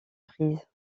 prise